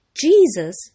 Jesus